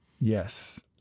yes